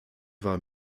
war